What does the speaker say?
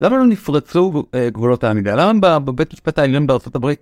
למה לא נפרצו גבולות העמידה? למה בבית המשפט העליון בארה״ב?